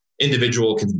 individual